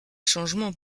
changements